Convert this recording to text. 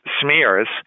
smears